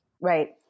Right